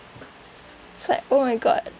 it's like oh my god